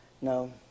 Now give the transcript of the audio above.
no